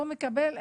לא מקבל,